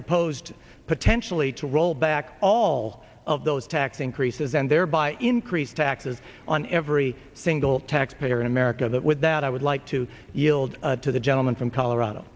proposed potentially to roll back all of those tax increases and thereby increase taxes on every single taxpayer in america that would that i would like to yield to the gentleman from colorado